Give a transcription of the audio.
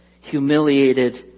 humiliated